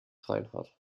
reinhardt